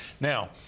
Now